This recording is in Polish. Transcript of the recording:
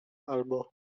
albo